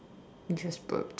you just burped